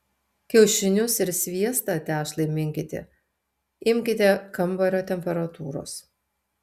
kiaušinius ir sviestą tešlai minkyti imkite kambario temperatūros